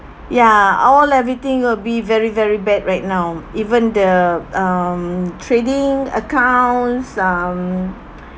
ya all everything will be very very bad right now even the um trading accounts um